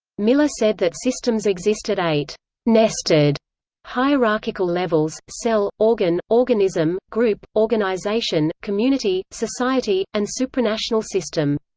miller said that systems exist at eight nested hierarchical levels cell, organ, organism, group, organization, community, society, and supranational system.